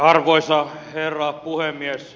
arvoisa herra puhemies